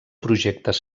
projectes